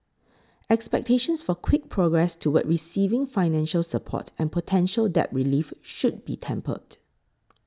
expectations for quick progress toward receiving financial support and potential debt relief should be tempered